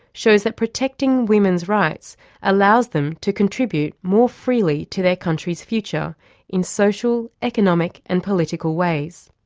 shows that protecting women's rights allows them to contribute more freely to their country's future in social, economic and political ways.